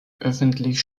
öffentlich